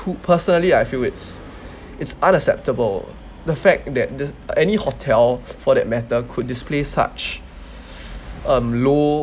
pu~ personally I feel it's it's unacceptable the fact that there's any hotel for that matter could display such um low